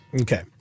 Okay